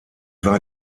war